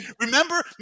remember